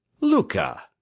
Luca